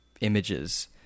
images